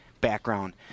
background